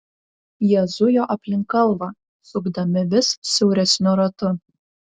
jie zujo aplink kalvą sukdami vis siauresniu ratu